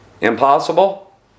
Impossible